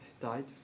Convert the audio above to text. died